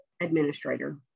administrator